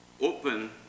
open